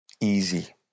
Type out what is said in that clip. easy